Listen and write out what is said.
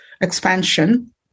expansion